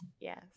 Yes